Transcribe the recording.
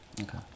Okay